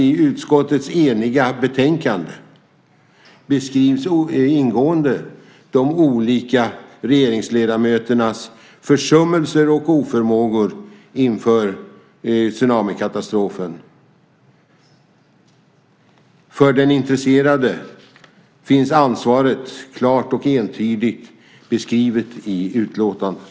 I utskottets eniga betänkande beskrivs ingående de olika regeringsledamöternas försummelser och oförmågor inför tsunamikatastrofen. För den intresserade finns ansvaret klart och entydigt beskrivet i utlåtandet.